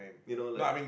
you know like